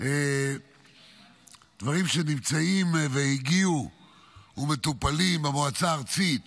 דברים שנמצאים והגיעו ומטופלים במועצה הארצית